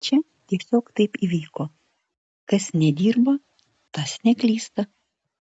čia tiesiog taip įvyko kas nedirba tas neklysta